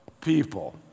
people